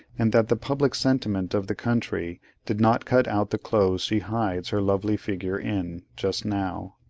and that the public sentiment of the country did not cut out the clothes she hides her lovely figure in, just now.